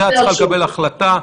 הוועדה צריכה לקבל החלטה.